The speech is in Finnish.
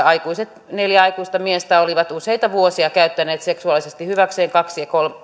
aikuiset neljä aikuista miestä olivat useita vuosia käyttäneet seksuaalisesti hyväkseen